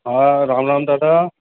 हा राम राम दादा